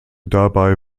dabei